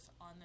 on